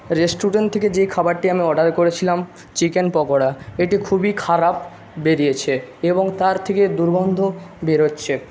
restaurant থেকে যেই খাবারটি আমি অর্ডার করেছিলাম চিকেন পকোড়া এটি খুবই খারাপ বেরিয়েছে এবং তার থেকে দুর্গন্ধ বেরোচ্ছে